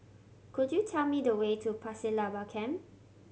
could you tell me the way to Pasir Laba Camp